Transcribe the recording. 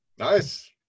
Nice